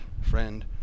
friend